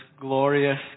glorious